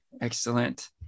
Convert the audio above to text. Excellent